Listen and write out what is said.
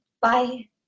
Bye